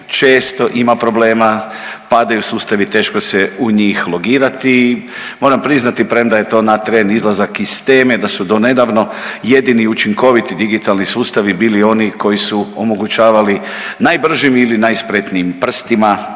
često ima problema, padaju sustavi, teško se u njih logirati. Moram priznati premda je to na tren izlazak iz teme da su donedavno jedini učinkoviti digitalni sustavi bili oni koji su omogućavali najbržem ili najspretnijim prstima